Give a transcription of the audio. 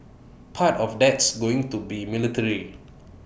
part of that's going to be military